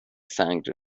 سنگ